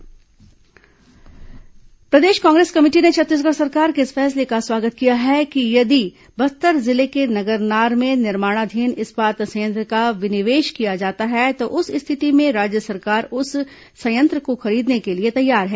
नगरनार इस्पात संयंत्र प्रदेश कांग्रेस कमेटी ने छत्तीसगढ़ सरकार के इस फैसले का स्वागत किया है कि यदि बस्तर जिले के नगरनार में निर्माणाधीन इस्पात संयंत्र का विनिवेश किया जाता है तो उस स्थिति में राज्य सरकार उस संयंत्र को खरीदने के लिए तैयार है